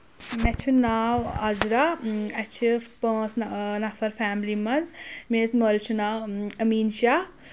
مےٚ چھُ ناو عزرا اَسہِ چھِ پانٛژھ نفر فیملی منٛز میٲںِس مٲلِس چھُ ناو أمیٖن شاہ